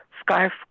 scarf